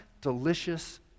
delicious